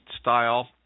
style